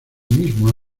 mismo